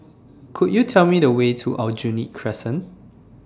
Could YOU Tell Me The Way to Aljunied Crescent